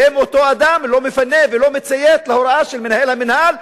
ואם אותו אדם לא מפנה ולא מציית להוראה של מנהל המינהל,